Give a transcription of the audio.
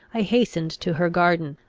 i hastened to her garden,